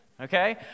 Okay